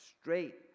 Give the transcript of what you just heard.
straight